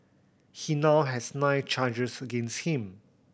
he now has nine charges against him